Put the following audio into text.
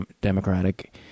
democratic